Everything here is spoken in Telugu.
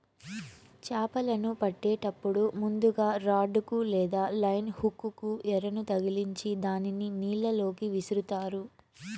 చాపలను పట్టేటప్పుడు ముందుగ రాడ్ కు లేదా లైన్ హుక్ కు ఎరను తగిలిచ్చి దానిని నీళ్ళ లోకి విసురుతారు